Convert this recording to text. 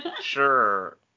Sure